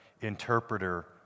interpreter